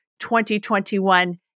2021